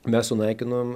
mes sunaikinom